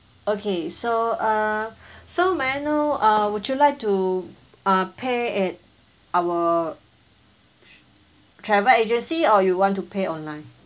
okay so uh so may I know uh would you like to uh pay at our travel agency or you want to pay online